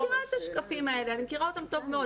אני מכירה את השקפים האלה טוב מאוד.